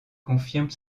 confirme